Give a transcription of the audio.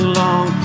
long